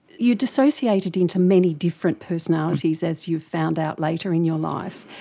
you dissociated into many different personalities, as you found out later in your life.